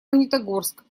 магнитогорск